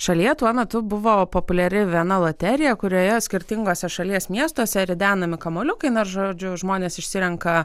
šalyje tuo metu buvo populiari viena loterija kurioje skirtingose šalies miestuose ridenami kamuoliukai nors žodžiu žmonės išsirenka